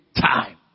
time